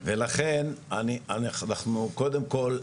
ולכן אנחנו קודם כל,